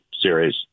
series